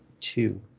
two